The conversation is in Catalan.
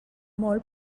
molt